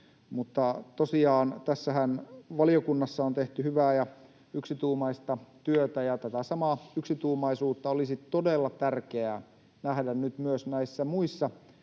Mutta tosiaan, tässähän valiokunnassa on tehty hyvää ja yksituumaista työtä, ja tätä samaa yksituumaisuutta olisi todella tärkeää nähdä nyt myös näissä muissa